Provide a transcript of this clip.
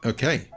Okay